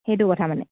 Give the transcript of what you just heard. সেইটো কথা মানে